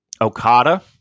okada